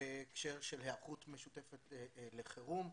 בהקשר של היערכות משותפת לחירום,